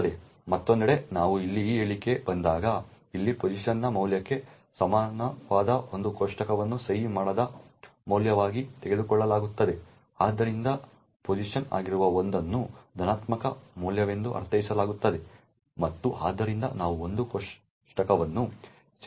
ಮತ್ತೊಂದೆಡೆ ನಾವು ಇಲ್ಲಿ ಈ ಹೇಳಿಕೆಗೆ ಬಂದಾಗ ಇಲ್ಲಿ pos ನ ಮೌಲ್ಯಕ್ಕೆ ಸಮಾನವಾದ ಒಂದು ಕೋಷ್ಟಕವನ್ನು ಸಹಿ ಮಾಡದ ಮೌಲ್ಯವಾಗಿ ತೆಗೆದುಕೊಳ್ಳಲಾಗುತ್ತದೆ ಆದ್ದರಿಂದ pos ಆಗಿರುವ 1 ಅನ್ನು ಧನಾತ್ಮಕ ಮೌಲ್ಯವೆಂದು ಅರ್ಥೈಸಲಾಗುತ್ತದೆ ಮತ್ತು ಆದ್ದರಿಂದ ನಾವು ಒಂದು ಕೋಷ್ಟಕವನ್ನು ಸೇರಿಸುತ್ತೇವೆ